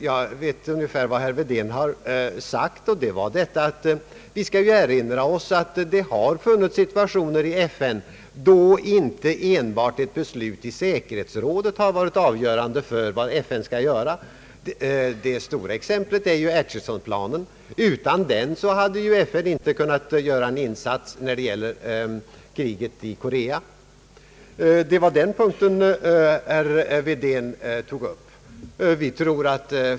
Jag vet ungefär vad herr Wedén har sagt, och det är att vi skall erinra oss att det har funnits situationer i FN då enbart ett beslut i säkerhetsrådet inte varit avgörande för vad FN skall göra. Det stora exemplet var Achesonplanen; utan den hade ju FN inte kunnat göra en insats när det gäller kriget i Korea. Det var den punkten herr Wedén tog upp.